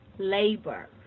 labor